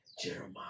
Jeremiah